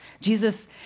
Jesus